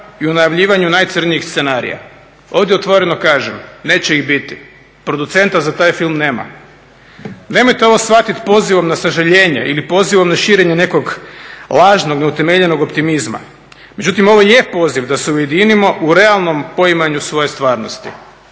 i u najavljivanju najcrnjih scenarija. Ovdje otvoreno kažem neće ih biti, producenta za taj film nema. Nemojte ovo shvatiti pozivom na sažaljenje ili pozivom na širenje nekog lažnog, neutemeljenog optimizma. Međutim, ovo je poziv da se ujedinimo u realnom poimanju svoje stvarnosti.